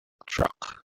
track